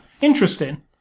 Interesting